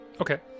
Okay